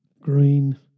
green